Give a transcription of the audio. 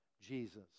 Jesus